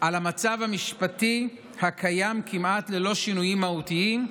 על המצב המשפטי הקיים, כמעט ללא שינויים מהותיים,